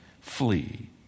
flee